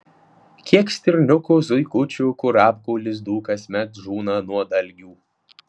kiek stirniukų zuikučių kurapkų lizdų kasmet žūna nuo dalgių